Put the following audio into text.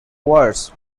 wars